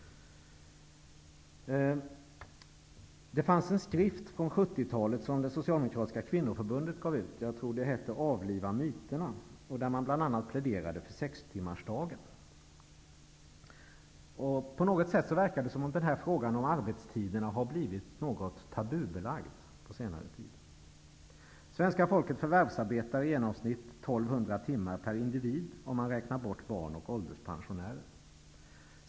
Det finns en skrift från 70 talet som det socialdemokratiska kvinnoförbundet gav ut. Jag tror att den heter ''Avliva myterna''. I den pläderades bl.a. för sextimmarsdagen. På något sätt verkar det som att frågan om arbetstiderna har blivit något tabubelagd under senare tid. Svenska folket förvärvsarbetar, om man räknar bort barn och ålderspensionärer, i genomsnitt 1 200 timmar per individ.